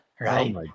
right